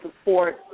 support